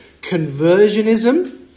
conversionism